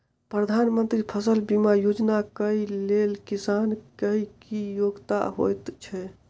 प्रधानमंत्री फसल बीमा योजना केँ लेल किसान केँ की योग्यता होइत छै?